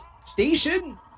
station